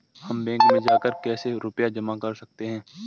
हम बैंक में जाकर कैसे रुपया जमा कर सकते हैं?